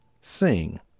sing